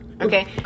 Okay